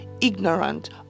ignorant